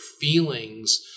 feelings